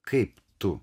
kaip tu